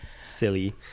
Silly